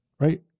right